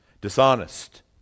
dishonest